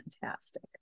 fantastic